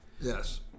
Yes